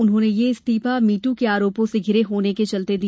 उन्होंने यह इस्तीफा मी दू के आरोपों से धिरे होने के चलते दिया